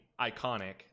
iconic